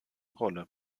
rolle